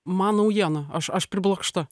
man naujiena aš aš priblokšta